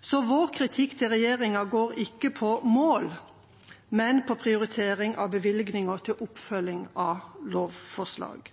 Så vår kritikk av regjeringa går ikke på mål, men på prioritering av bevilgninger til oppfølging av lovforslaget.